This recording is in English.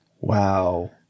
Wow